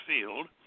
Field